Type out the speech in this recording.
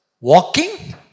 walking